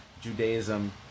Judaism